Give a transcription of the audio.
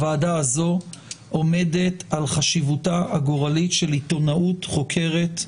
הוועדה הזו עומדת על חשיבותה הגורלית של עיתונאות חוקרת,